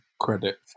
credit